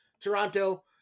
Toronto